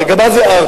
גם אז הערת,